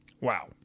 Wow